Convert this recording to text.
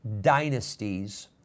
dynasties